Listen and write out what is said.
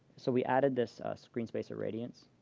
so we added this screen space irradiance,